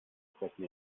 fressen